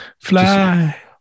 fly